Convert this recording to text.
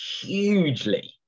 hugely